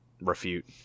refute